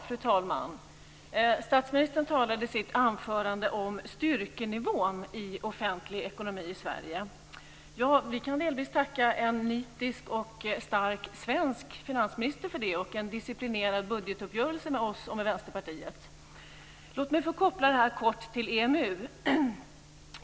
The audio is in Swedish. Fru talman! Statsministern talade i sitt anförande om styrkenivån i den offentliga ekonomin i Sverige. Vi kan delvis tacka en nitisk och stark svensk finansminister för det och en disciplinerad budgetuppgörelse med oss och Vänsterpartiet. Låt mig kort få koppla det här till EMU.